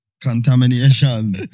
Contamination